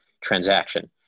transaction